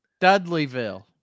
Dudleyville